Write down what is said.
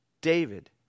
David